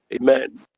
Amen